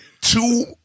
two